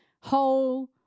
whole